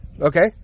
Okay